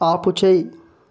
ఆపుచెయ్యి